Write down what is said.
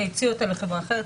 הציעו אותה לחברה אחרת,